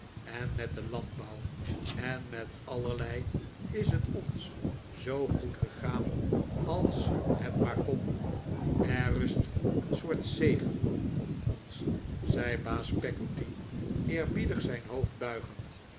en met den landbouw en met allerlei is het ons zoo goed gegaan als het maar kon er rust een soort zegen op ons zei baas peggotty eerbiedig zijn hoofd buigend